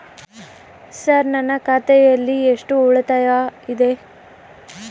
Sir ನನ್ನ ಖಾತೆಯಲ್ಲಿ ಎಷ್ಟು ಉಳಿತಾಯ ಇದೆ?